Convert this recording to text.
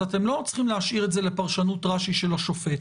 אז אתם לא צריכים להשאיר את זה לפרשנות רש"י של השופט